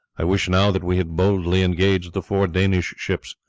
i wish now that we had boldly engaged the four danish ships.